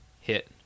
hit